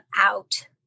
out